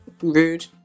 Rude